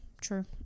true